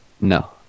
No